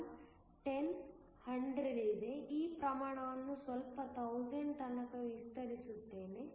1 10 100 ಇದೆ ಈ ಪ್ರಮಾಣವನ್ನು ಸ್ವಲ್ಪ 1000 ತನಕ ವಿಸ್ತರಿಸುತ್ತೇನೆ